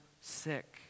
sick